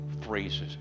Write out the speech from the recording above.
phrases